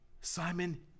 Simon